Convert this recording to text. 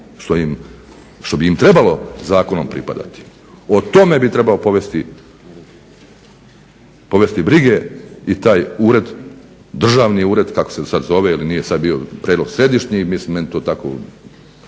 što bi im trebalo zakonom pripadati. O tome bi trebalo povesti brige i taj Ured državni ured kako se sada zove, bio je prijedlog središnji, meni je to tako